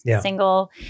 single